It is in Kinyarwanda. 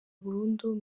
burundu